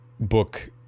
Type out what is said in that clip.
book